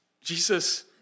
Jesus